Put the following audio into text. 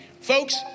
Folks